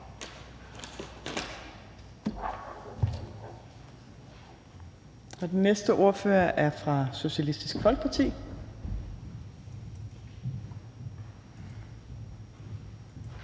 Den næste ordfører er fra Socialistisk Folkeparti,